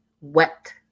wet